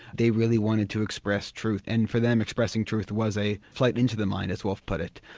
they really wanted to express truth, and for them expressing truth was a flight into the mind as woolf put it.